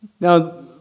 Now